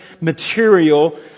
material